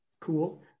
Cool